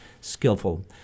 skillful